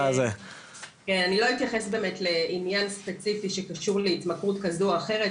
אני לא אתייחס לעניין ספציפי שקשור להתמכרות כזו או אחרת,